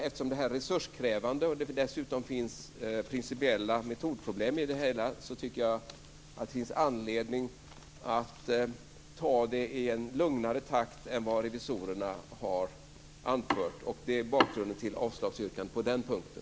Eftersom det här är resurskrävande och det dessutom finns principiella metodproblem med det hela, tycker jag att det finns anledning att ta det i en lugnare takt än vad revisorerna har anfört. Det är bakgrunden till avslagsyrkandet på den punkten.